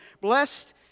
Blessed